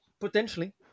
Potentially